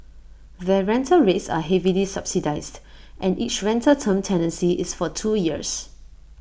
their rental rates are heavily subsidised and each rental term tenancy is for two years